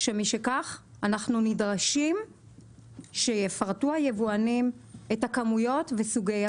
שמשום כך אנחנו נדרשים שיפרטו היבואנים את הכמויות וסוגי הכלי.